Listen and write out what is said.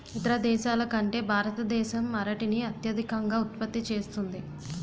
ఇతర దేశాల కంటే భారతదేశం అరటిని అత్యధికంగా ఉత్పత్తి చేస్తుంది